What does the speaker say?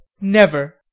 Never